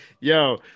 Yo